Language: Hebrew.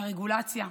והרגולציה,